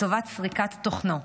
לטובת סריקת תוכנו.